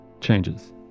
changes